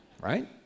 Right